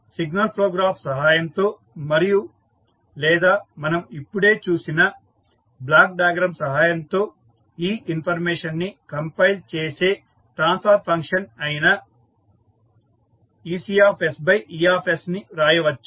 signal flow graph సహాయంతో మరియు లేదా మనం ఇపుడే చూసిన బ్లాక్ డయాగ్రమ్ సహాయంతో ఈ ఇన్ఫర్మేషన్ ని కంపైల్ చేసి ట్రాన్స్ఫర్ ఫంక్షన్ అయిన EcE ని రాయవచ్చు